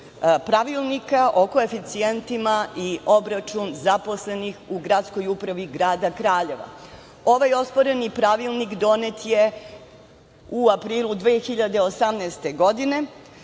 Pravilnika o koeficijentima i obračun zaposlenih u gradskoj upravi grada Kraljeva. Ovaj osporeni Pravilnik donet je u aprilu 2018. godine,